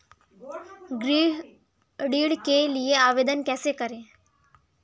गृह ऋण के लिए आवेदन कैसे करें?